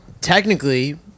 technically